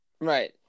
Right